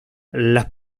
las